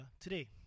today